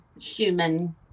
human